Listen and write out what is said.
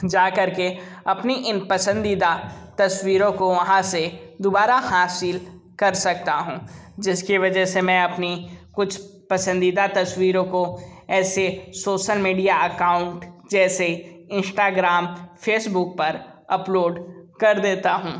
जाकर के अपनी इन पसंदीदा तस्वीरों को वहाँ से दोबारा हासिल कर सकता हूँ जिसकी वजह से मैं अपनी कुछ पसंदीदा तस्वीरो को ऐसे सोसल मीडिया अकाउंट जैसे इंश्टाग्राम फ़ेसबुक पर अपलोड कर देता हूँ